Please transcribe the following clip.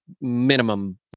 minimum